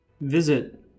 visit